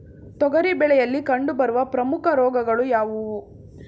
ತೊಗರಿ ಬೆಳೆಯಲ್ಲಿ ಕಂಡುಬರುವ ಪ್ರಮುಖ ರೋಗಗಳು ಯಾವುವು?